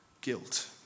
guilt